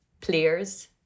players